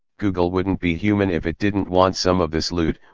google wouldn't be human if it didn't want some of this loot,